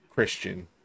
christian